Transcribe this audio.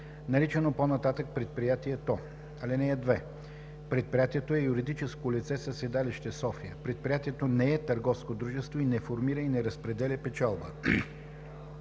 наричано по-нататък „предприятието“. (2) Предприятието е юридическо лице със седалище София. Предприятието не е търговско дружество и не формира и не разпределя печалба.